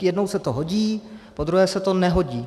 Jednou se to hodí, podruhé se to nehodí.